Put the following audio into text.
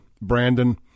Brandon